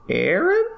Aaron